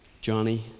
Johnny